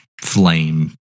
flame